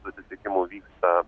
susitikimų vyksta